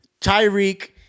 Tyreek